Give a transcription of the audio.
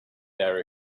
there